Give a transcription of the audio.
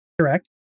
correct